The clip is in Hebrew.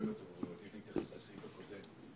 רוצה להתייחס לסעיף הקודם.